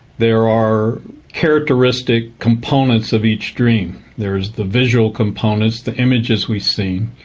there are characteristic components of each dream. there is the visual components, the images we see.